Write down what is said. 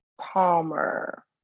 Palmer